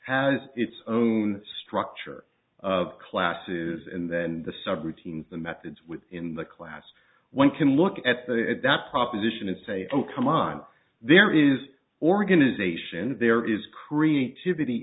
has its own structure of classes and then the sub routines the methods within the class one can look at the at that proposition and say oh come on there is organization there is creativity